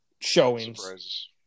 showings